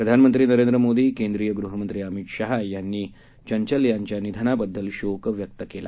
प्रधानमंत्री नरेंद्र मोदी केंद्रीय गृहमंत्री अमित शाह यांनी नरेंद्र चंचल यांच्या निधनाबददल शोक व्यक्त केला